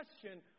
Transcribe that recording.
question